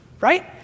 right